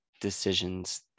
decisions